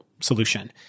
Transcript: solution